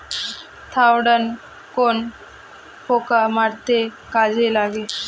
Thiodan কোন পোকা মারতে কাজে লাগে?